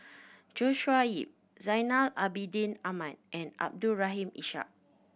Joshua Ip Zainal Abidin Ahmad and Abdul Rahim Ishak